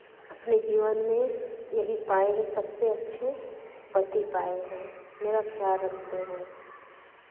अपने जीवन में यही पाए हैं सबसे अच्छे पति पाए हैं मेरा ख़्याल रखते हैं